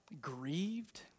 grieved